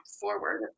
forward